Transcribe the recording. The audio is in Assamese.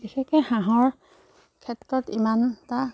বিশেষকৈ হাঁহৰ ক্ষেত্ৰত ইমান এটা